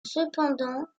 cependant